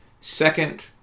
second